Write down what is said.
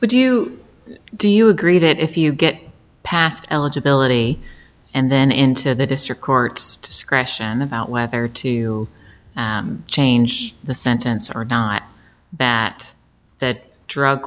but do you do you agree that if you get past eligibility and then into the district court's discretion about whether to change the sentence or not that that drug